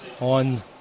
on